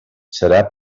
serà